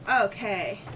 Okay